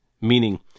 meaning